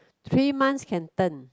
three months can turn